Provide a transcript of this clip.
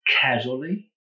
casually